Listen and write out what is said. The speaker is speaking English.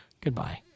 Goodbye